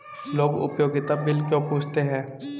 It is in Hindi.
लोग उपयोगिता बिल क्यों पूछते हैं?